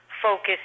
focus